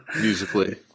musically